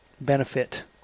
benefit